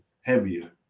heavier